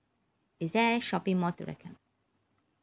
is there any shopping mall to the